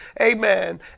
amen